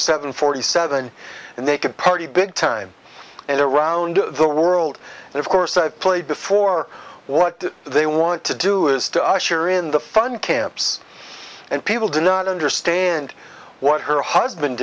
seven forty seven and they could party big time and around the world and of course i've played before what they want to do is to usher in the fun camps and people do not understand what her husband